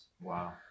Wow